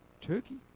Turkey